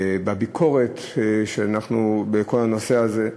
בביקורת, בכל הנושא הזה,